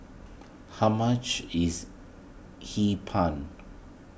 how much is Hee Pan